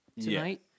tonight